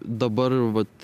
dabar vat